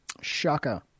Shaka